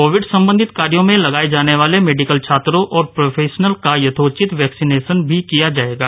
Covid सम्बन्धित कार्यो में लगाए जाने वाले मेडिकल छात्रों और प्रोफेशनल का यथोचित वैक्सीनिशेन भी किया जाएगा